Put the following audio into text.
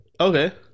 Okay